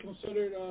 considered